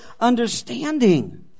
understanding